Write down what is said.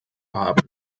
haben